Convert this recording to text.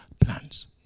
plans